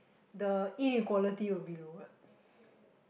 the inequality will be the word